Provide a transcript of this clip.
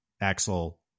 Axel